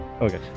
okay